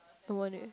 no one eh